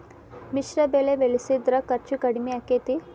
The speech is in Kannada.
ಮಿಶ್ರ ಬೆಳಿ ಬೆಳಿಸಿದ್ರ ಖರ್ಚು ಕಡಮಿ ಆಕ್ಕೆತಿ?